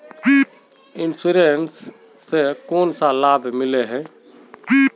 Insurance इस से कोन सा लाभ मिले है?